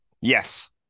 Yes